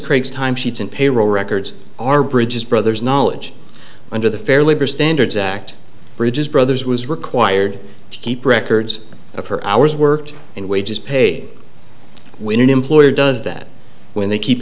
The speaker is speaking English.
craig's time sheets and payroll records are bridges brothers knowledge under the fair labor standards act bridges brothers was required to keep records of her hours worked in wages paid when an employer does that when they keep